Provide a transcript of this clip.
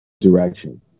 direction